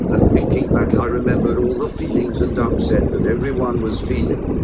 and thinking back i remember all the feelings and upset that everyone was feeling.